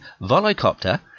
Volocopter